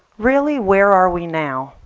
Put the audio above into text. really where are we now?